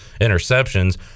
interceptions